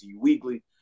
Weekly